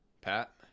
Pat